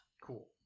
Cool